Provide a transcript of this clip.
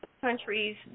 countries